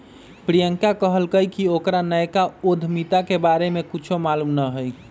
प्रियंका कहलकई कि ओकरा नयका उधमिता के बारे में कुछो मालूम न हई